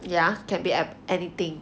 ya can be anything